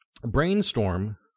Brainstorm